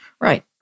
Right